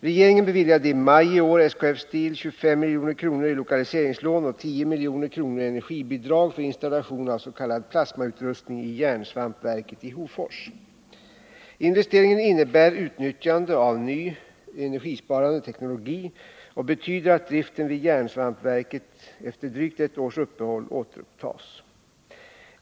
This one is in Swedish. Regeringen beviljade i maj i år SKF Steel 25 milj.kr. i lokaliseringslån och 10 milj.kr. i energibidrag för installation av s.k. plasmautrustning i järnsvampverket i Hofors. Investeringen innebär utnyttjande av ny energisparande teknologi och betyder att driften vid järnsvampverket efter drygt ett års uppehåll återupptas.